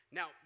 Now